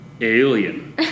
alien